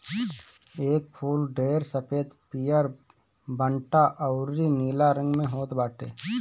एकर फूल ढेर सफ़ेद, पियर, भंटा अउरी नीला रंग में होत बाटे